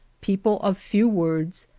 people of few words,